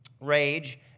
rage